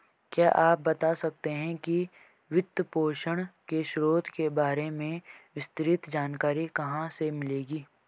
क्या आप बता सकते है कि वित्तपोषण के स्रोतों के बारे में विस्तृत जानकारी कहाँ से मिलेगी?